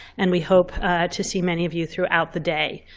and we hope to see many of you throughout the day.